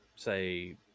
Say